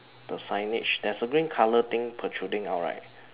the signage there is a green colour thing protruding out right